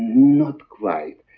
not quite.